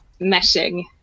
meshing